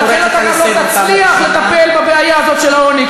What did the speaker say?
ולכן אתה גם לא תצליח לטפל בבעיה הזאת של העוני,